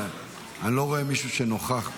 אני לא רואה מישהו שנוכח פה.